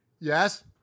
Yes